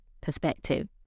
perspective